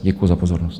Děkuju za pozornost.